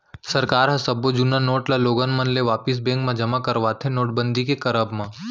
सरकार ह सब्बो जुन्ना नोट ल लोगन मन ले वापिस बेंक म जमा करवाथे नोटबंदी के करब म